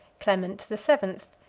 clement the seventh,